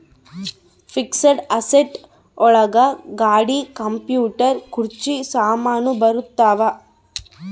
fixed asset ಒಳಗ ಗಾಡಿ computer ಕುರ್ಚಿ ಸಾಮಾನು ಬರತಾವ